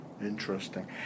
Interesting